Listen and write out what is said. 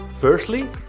Firstly